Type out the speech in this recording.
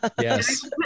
yes